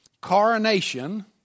coronation